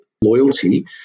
loyalty